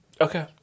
Okay